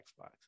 Xbox